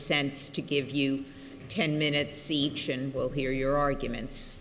sense to give you ten minutes each and we'll hear your arguments